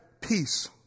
peace